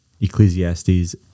Ecclesiastes